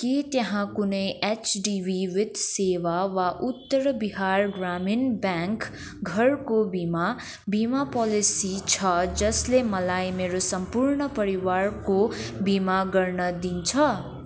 के त्यहाँ कुनै एचडिबी वित्त सेवा वा उत्तर बिहार ग्रामीण ब्याङ्क घरको बिमा बिमा पोलेसी छ जसले मलाई मेरो सम्पूर्ण परिवारको बिमा गर्न दिन्छ